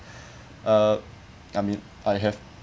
uh I mean I have